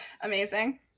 Amazing